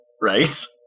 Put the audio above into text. race